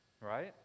right